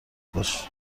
باش